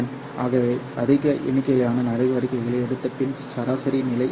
ஆகவே அதிக எண்ணிக்கையிலான நடவடிக்கைகளை எடுத்தபின் சராசரி நிலை இதுதான்